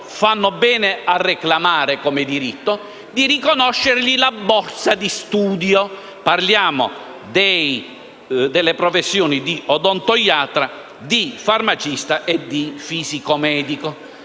fanno bene a reclamare come diritto - di riconoscergli la borsa di studio: parliamo delle professioni di odontoiatria, di farmacista e di fisico medico.